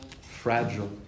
fragile